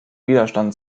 widerstand